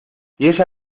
ella